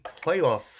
playoff